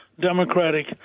Democratic